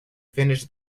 finish